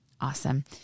Awesome